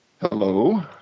Hello